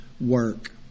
work